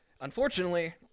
Unfortunately